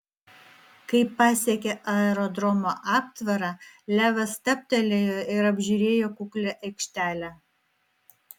kai pasiekė aerodromo aptvarą levas stabtelėjo ir apžiūrėjo kuklią aikštelę